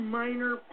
minor